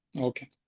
Okay